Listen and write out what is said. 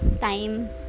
time